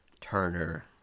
Turner